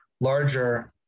larger